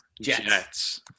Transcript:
Jets